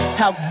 Talk